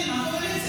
עם הקואליציה,